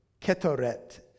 Ketoret